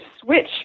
switch